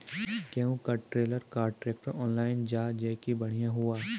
गेहूँ का trailer contractor online जाए जैकी बढ़िया हुआ